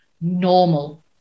normal